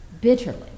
bitterly